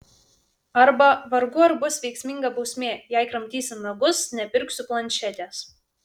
arba vargu ar bus veiksminga bausmė jei kramtysi nagus nepirksiu planšetės